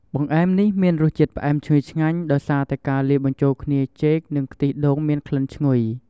បង្អែមនេះមានរសជាតិផ្អែមឈ្ងុយឆ្ងាញ់ដោយសារតែការលាយបញ្ចូលគ្នាចេក និងខ្ទិះដូងមានក្លិនឈ្ងុយ។